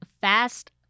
fast